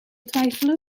twijfelen